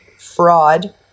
fraud